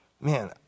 man